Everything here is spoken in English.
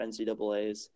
NCAAs